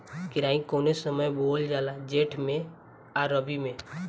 केराई कौने समय बोअल जाला जेठ मैं आ रबी में?